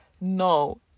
no